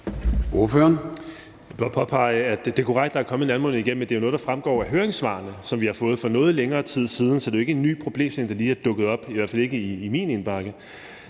det er korrekt, at der er kommet en anmodning. Men det er jo noget, der fremgår af høringssvarene, som vi har fået for noget længere tid siden, så det er ikke en ny problemstilling, der lige er dukket op, i hvert fald ikke i min indbakke.